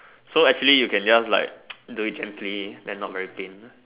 so actually you can just do it gently so not very pain